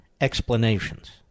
explanations